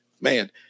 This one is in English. man